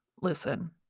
listen